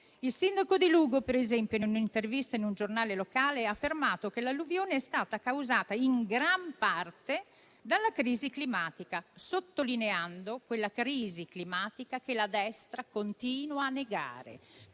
Il sindaco di Lugo, per esempio, nell'intervista a un giornale locale, ha affermato che l'alluvione è stata causata in gran parte dalla crisi climatica, sottolineando quella crisi climatica che la destra continua a negare,